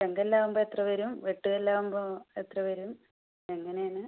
ചെങ്കല്ലാവുമ്പോൾ എത്രവരും വെട്ടുകല്ലാവുമ്പോൾ എത്രവരും എങ്ങനെയെന്ന്